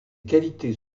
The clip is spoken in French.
qualités